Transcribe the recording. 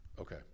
Okay